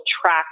track